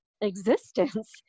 existence